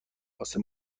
واسه